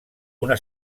una